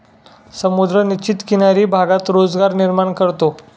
समुद्र निश्चित किनारी भागात रोजगार निर्माण करतो